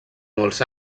molts